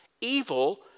Evil